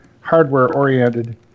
hardware-oriented